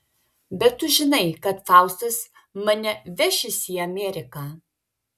bet tu žinai kad faustas mane vešis į ameriką